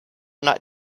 not